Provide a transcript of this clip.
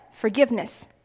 forgiveness